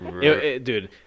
Dude